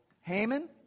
Haman